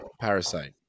Parasite